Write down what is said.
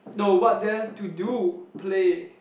no what there's to do play